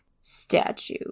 statue